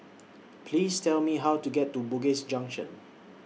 Please Tell Me How to get to Bugis Junction